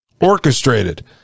Orchestrated